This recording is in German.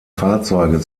fahrzeuge